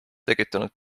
tekitanud